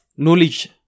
Knowledge